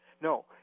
No